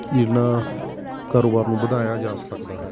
ਜੀਹਨਾ ਕਾਰੋਬਾਰ ਨੂੰ ਵਧਾਇਆ ਜਾ ਸਕਦਾ ਹੈ